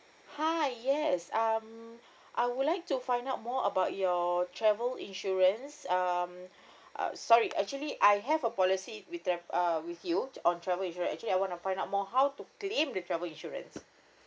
hi yes um I would like to find out more about your travel insurance um uh sorry actually I have a policy with them uh with you on travel insurance actually I want to find out more how to claim the travel insurance